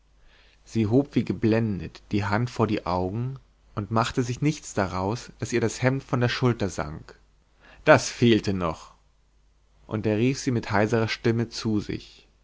sie hob wie geblendet die hand vor die augen und machte sich nichts daraus daß ihr das hemd von der schulter sank das fehlte noch und er rief sie mit heiserer stimme zu sich